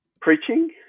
preaching